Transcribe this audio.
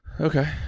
Okay